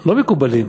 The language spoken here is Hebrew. לא מקובלים,